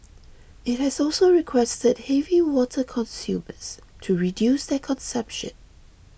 it has also requested heavy water consumers to reduce their consumption